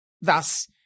Thus